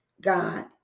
God